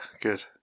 good